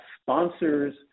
sponsors